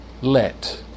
Let